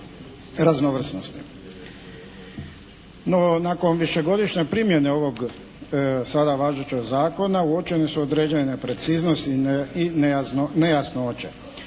raznovrsnosti. No, nakon višegodišnje primjene ovog sada važećeg zakona uočene su određene preciznosti i nejasnoće.